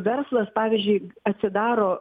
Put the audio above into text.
verslas pavyzdžiui atsidaro